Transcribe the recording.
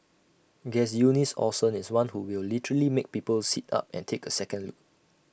Guess Eunice Olsen is one who will literally make people sit up and take A second look